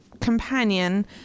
companion